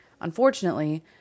Unfortunately